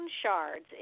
shards